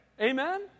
Amen